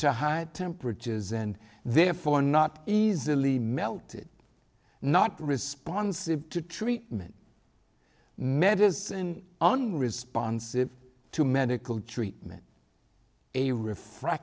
to high temperatures and therefore not easily melted not responsive to treatment medicine unresponsive to medical treatment a ref